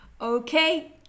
okay